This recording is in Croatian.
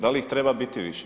Da li ih treba biti više?